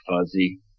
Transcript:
fuzzy